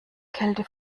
kälte